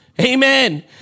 Amen